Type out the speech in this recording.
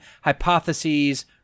hypotheses